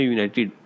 United